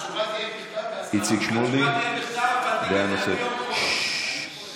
התשובה תהיה בכתב, אבל תיכתב ביום חול.